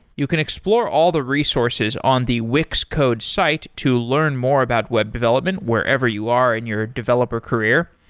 you can explore all the resources on the wix code's site to learn more about web development wherever you are in your developer career.